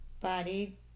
body